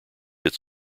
its